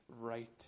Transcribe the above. right